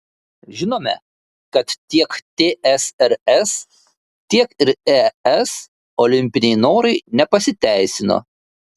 žinome kad tiek tsrs tiek ir es olimpiniai norai nepasiteisino